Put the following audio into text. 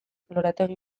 lorategi